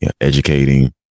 Educating